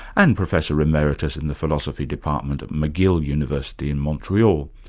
and professor emeritus in the philosophy department at mcgill university in montreal,